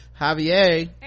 javier